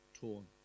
torn